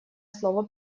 слово